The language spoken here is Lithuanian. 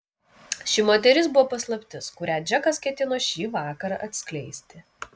ši moteris buvo paslaptis kurią džekas ketino šį vakarą atskleisti